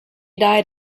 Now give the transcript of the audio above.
died